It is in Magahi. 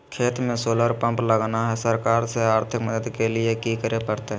खेत में सोलर पंप लगाना है, सरकार से आर्थिक मदद के लिए की करे परतय?